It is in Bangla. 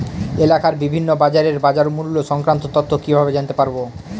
এলাকার বিভিন্ন বাজারের বাজারমূল্য সংক্রান্ত তথ্য কিভাবে জানতে পারব?